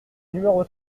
numéro